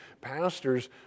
pastors